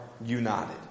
united